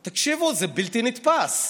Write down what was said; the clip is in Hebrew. תקשיבו, זה בלתי נתפס.